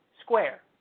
square